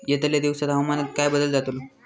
यतल्या दिवसात हवामानात काय बदल जातलो?